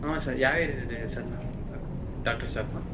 ಹ್ಞೂ ಸರ್ ಯಾವ ಏರಿಯಾದಲ್ಲಿ ಇದೆ ಸರ್ ನ ಡಾಕ್ಟರ್ ಶಾಪು